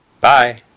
Bye